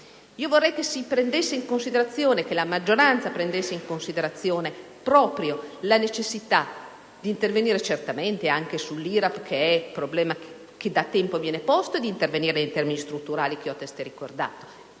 precedente. Vorrei che la maggioranza prendesse in considerazione proprio la necessità di intervenire, certamente sull'IRAP, che è un problema che da tempo viene posto, e di intervenire nei termini strutturali che ho testé ricordato,